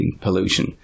pollution